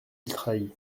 trahit